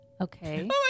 Okay